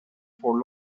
for